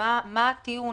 מה הטיעון.